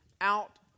out